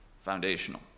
foundational